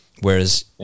whereas